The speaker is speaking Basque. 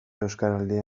euskaraldia